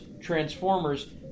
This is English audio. Transformers